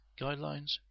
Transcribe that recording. guidelines